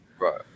right